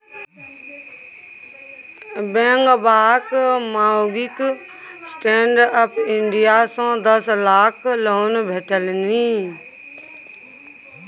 बेंगबाक माउगीक stand up India सँ दस लाखक लोन भेटलनि